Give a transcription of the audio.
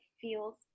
feels